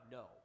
no